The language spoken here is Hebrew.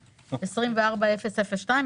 24002,